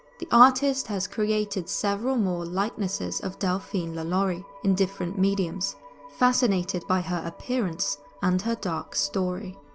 the artist has created several more likenesses of delphine lalaurie, in different mediums fascinated by her appearance and her dark story.